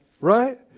right